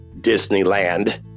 Disneyland